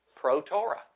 pro-Torah